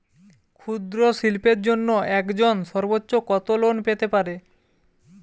ক্ষুদ্রশিল্পের জন্য একজন সর্বোচ্চ কত লোন পেতে পারে?